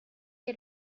que